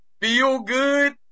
feel-good